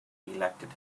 elected